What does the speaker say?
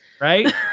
Right